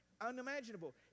unimaginable